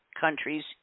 countries